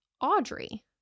Audrey